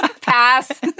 Pass